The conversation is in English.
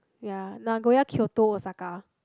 ya Nagoya Kyoto Osaka